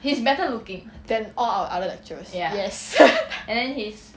than all our other lectures yes